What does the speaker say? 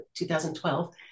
2012